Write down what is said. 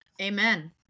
Amen